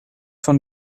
von